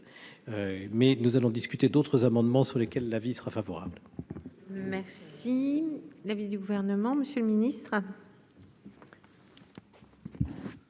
mais nous allons discuter d'autres amendements sur lesquels l'avis sera favorable. Merci l'avis du gouvernement, Monsieur le Ministre.